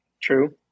True